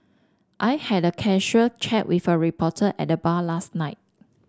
I had a casual chat with a reporter at the bar last night